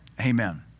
Amen